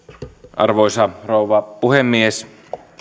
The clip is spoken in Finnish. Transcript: arvoisa rouva puhemies